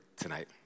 tonight